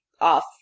off